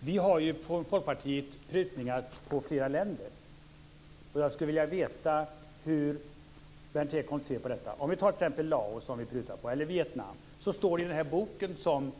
Vi har i Folkpartiet prutningar på flera länder. Jag skulle vilja veta hur Berndt Ekholm ser på detta. Vi kan som exempel ta Laos eller Vietnam. I den bok som